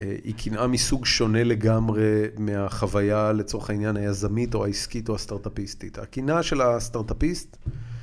היא קנאה מסוג שונה לגמרי מהחוויה לצורך העניין היזמית או העסקית או הסטארטאפיסטית. הקנאה של הסטארטאפיסט